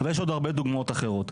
אבל יש עוד הרבה דוגמאות אחרות.